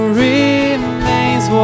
remains